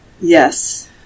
Yes